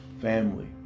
Family